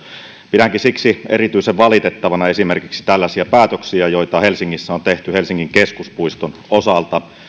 pidänkin siksi erityisen valitettavana esimerkiksi tällaisia päätöksiä joita helsingissä on tehty helsingin keskuspuiston osalta